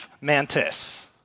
mantis